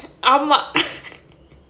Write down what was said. ஆமா:aamaa